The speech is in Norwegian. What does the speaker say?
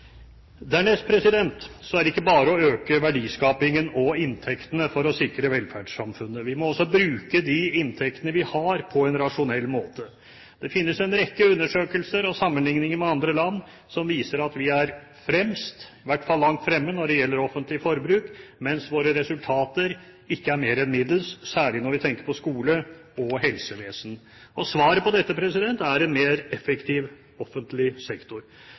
Dernest er det ikke bare å øke verdiskapingen og inntektene for å sikre velferdssamfunnet. Vi må også bruke de inntektene vi har, på en rasjonell måte. Det finnes en rekke undersøkelser og sammenligninger med andre land som viser at vi er fremst – i hvert fall langt fremme – når det gjelder offentlig forbruk, mens våre resultater ikke er mer enn middels, særlig når vi tenker på skole og helsevesen. Svaret på dette er en mer effektiv offentlig sektor,